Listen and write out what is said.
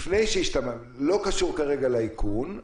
בלי קשר לאיכון,